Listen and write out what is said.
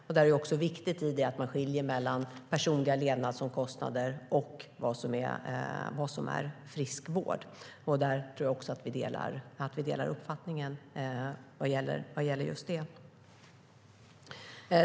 Där är det viktigt att man skiljer mellan personliga levnadsomkostnader och friskvård. Jag tror att vi har en gemensam uppfattning vad gäller detta.